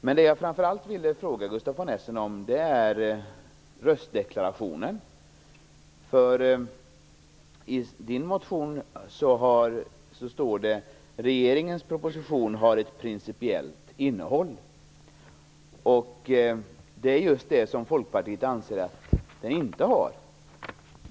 Men vad jag framför allt ville fråga Gustaf von Essen om är röstdeklarationen. I hans motion står det: Regeringens proposition har ett principiellt innehåll. Det är just vad Folkpartiet anser att den inte har.